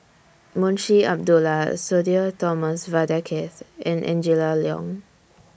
Munshi Abdullah Sudhir Thomas Vadaketh and Angela Liong